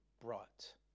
brought